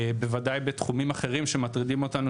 בוודאי בתחומים אחרים שמטרידים אותנו